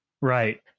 Right